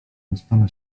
rozpala